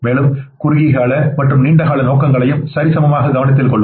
மேலும் குறுகிய கால மற்றும் நீண்ட கால நோக்கங்களையும் சரிசமமாக கவனத்தில் கொள்ளும்